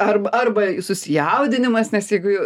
arba arba susijaudinimas nes jeigu jau